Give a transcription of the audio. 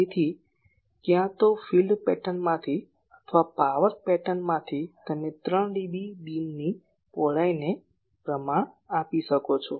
તેથી ક્યાં તો ફીલ્ડ પેટર્નમાંથી અથવા પાવર પેટર્નમાંથી તમે 3 ડીબી બીમની પહોળાઈને પ્રમાણ આપી શકો છો